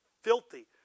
filthy